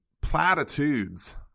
platitudes